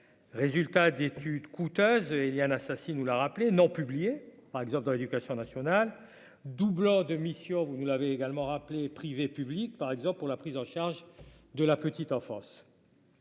résultats d'études coûteuses Éliane Assassi nous l'a rappelé non publiés, par exemple dans l'Éducation nationale. Doublant de mission, vous l'avez également rappelé, privé, public, par exemple pour la prise en charge de la petite enfance.